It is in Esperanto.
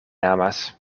amas